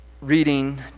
reading